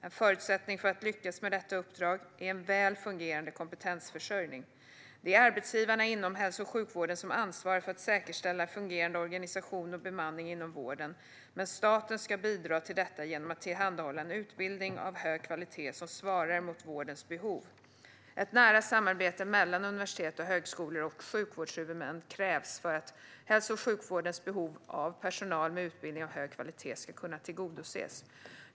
En förutsättning för att lyckas med detta uppdrag är en väl fungerande kompetensförsörjning. Det är arbetsgivarna inom hälso och sjukvården som ansvarar för att säkerställa en fungerande organisation och bemanning inom vården, men staten ska bidra till detta genom att tillhandahålla en utbildning av hög kvalitet som svarar mot vårdens behov. Ett nära samarbete mellan universitet och högskolor och sjukvårdshuvudmän krävs för att hälso och sjukvårdens behov av personal med utbildning av hög kvalitet ska kunna tillgodoses.